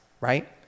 right